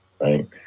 Right